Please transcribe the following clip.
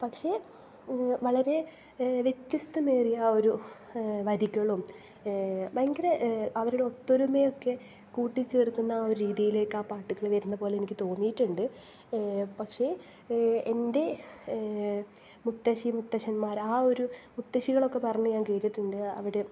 പക്ഷെ വളരെ വ്യത്യസ്തമേറിയ ആ ഒരു വരികളും ഭയങ്കര അവരുടെ ഒത്തൊരുമയൊക്കെ കൂട്ടിച്ചേർക്കുന്ന ആ ഒരു രീതിയിലേക്കാണ് ആ പാട്ടുകൾ വരുന്ന പോലെ എനിക്ക് തോന്നിയിട്ടുണ്ട് പക്ഷെ എൻ്റെ മുത്തശ്ശി മുത്തശ്ശന്മാർ ആ ഒരു മുത്തശ്ശികളൊക്കെ പറഞ്ഞ് ഞാൻ കേട്ടിട്ടുണ്ട് അവിടെ